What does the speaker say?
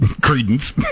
credence